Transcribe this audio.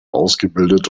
ausgebildet